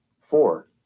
Four